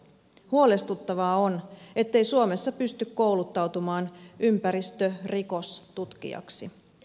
huolestuttavaa on ettei suomessa pysty kouluttautumaan ympäristörikostutkijaksi